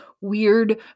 weird